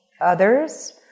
others